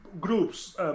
groups